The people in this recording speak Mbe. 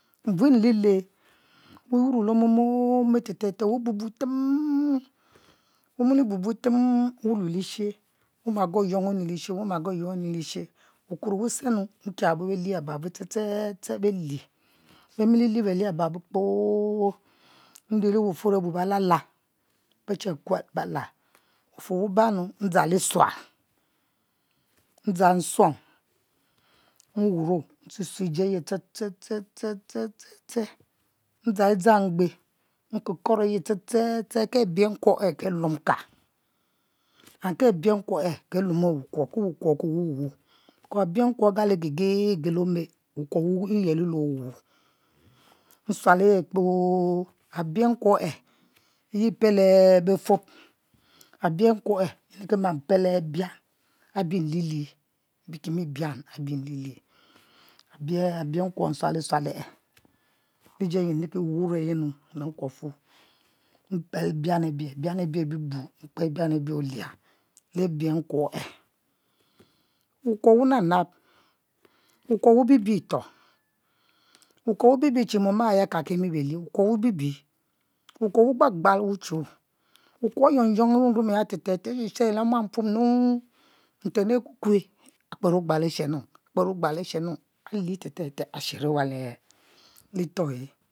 Bu nle le wa yuro le ome te tete wububu tem wumili bubu tem wume lishe wuma yo young nu lishe wuma go yang nu lishe wuma go young nu lishe wuma goyoung nu lishe wukuo wusen nu nkie abo belie ababo kpo nrili wufuro belalal, beche kue belal, wufour wabanu ndzang lisual ndzang nsuom nwuro nsue sue iji aye ste ste ste ste ste ki abi nkuo ke aluo ka and ke abinkuo e'ka luomo wukuo lo abioukuo agali luom luom le ome wukuo wu guo wuh wuh nsua e kpoo le abieukuo e, epelo bufob abienkuo yi ni ki ma pel le bian abi nlie lie bie abienku e nsule suale e' liji inri kiwuwuro e'nu lenkuofu mpel bian abie bibu mkper bian abie olia le abie nkuo e'wukuo wunab nab wukuo wubi bi itoh wukuo wubibi che mom e a'yi aka ka kie mi belie wukuo wugbal gbal wuchno wukuo wuyoung young te te te ama shero nu nten aku kue akper ogbulo ashenu agbe asheno alilie te te te ashero wa